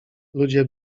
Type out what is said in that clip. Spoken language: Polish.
ludzie